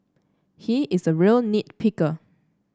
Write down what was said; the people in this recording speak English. he is a real nit picker